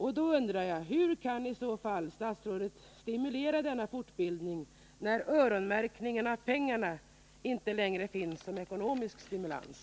Jag vill därför fråga: Hur kan statsrådet stimulera denna fortbildning, när öronmärkningen av pengarna inte längre finns som ekonomisk stimulans?